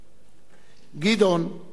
גדעון היה איש אמת,